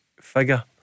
figure